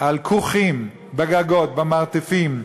על כוכים: בגגות, במרתפים,